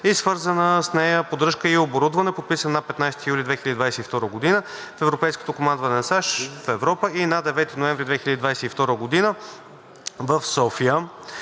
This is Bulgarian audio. и свързана с нея поддръжка и оборудване“, подписан на 15 юли 2022 г. в Европейското командване на САЩ в Европа и на 9 ноември 2022 г. в София.